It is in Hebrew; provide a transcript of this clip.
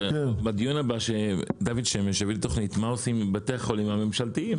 בדיון הבא שדוד שמש יביא תוכנית מה עושים עם בתי החולים הממשלתיים.